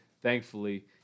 thankfully –